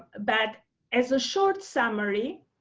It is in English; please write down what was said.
but as a short summary.